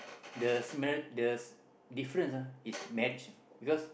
the smell the difference ah is marriage ah because